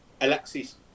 Alexis